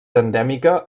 endèmica